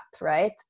Right